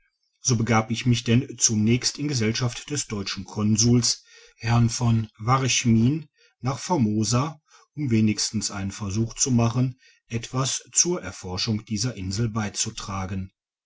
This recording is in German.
so begab ich mich denn zunächst in gesellschaft des deutschen konsuls herrn v varchmin nach formosa um wenigstens einen versuch zu machen etwas zur erforschung dieser insel beizutragen